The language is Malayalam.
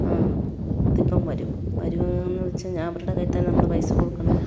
അതിപ്പം വരും വരുവാന്നു വെച്ചാൽ ഞാ അവരുടെ കയ്യിൽ തന്നെ നമ്മൾ പൈസ കൊടുക്കണോ